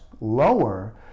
lower